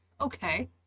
Okay